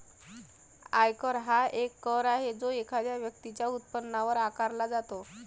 आयकर हा एक कर आहे जो एखाद्या व्यक्तीच्या उत्पन्नावर आकारला जातो